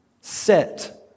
sit